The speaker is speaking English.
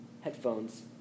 headphones